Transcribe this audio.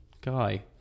guy